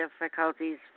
difficulties